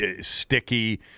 sticky